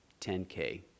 10K